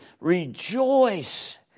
rejoice